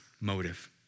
motive